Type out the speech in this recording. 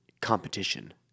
competition